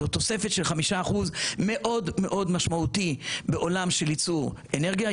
זאת תוספת של 5% מאוד משמעותית בעולם של יצור אנרגיה,